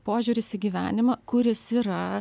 požiūris į gyvenimą kuris yra